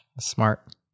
smart